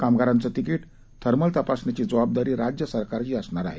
कामगारांचे ticket thermal तपासणीची जबाबदारी राज्य सरकारची असणार आहे